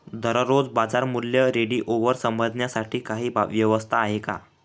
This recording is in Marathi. दररोजचे बाजारमूल्य रेडिओवर समजण्यासाठी काही व्यवस्था आहे का?